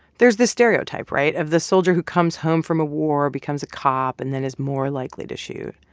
there's this stereotype right? of the soldier who comes home from a war, becomes a cop and then is more likely to shoot.